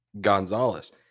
Gonzalez